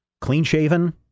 clean-shaven